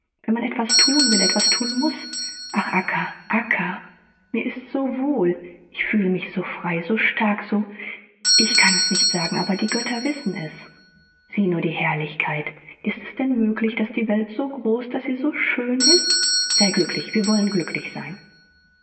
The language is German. wenn man etwas thun will etwas thun muß ach acca acca mir ist so wohl ich fühle mich so frei so stark so ich kann es nicht sagen aber die götter wissen es sieh nur die herrlichkeit ist es denn möglich daß die welt so groß daß sie so schön ist sei glücklich wir wollen glücklich sein